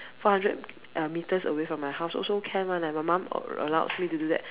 four hundred uh metres away from my house also can [one] leh my mom allowed me to do that